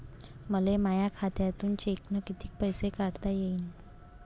मले माया खात्यातून चेकनं कितीक पैसे काढता येईन?